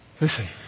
Listen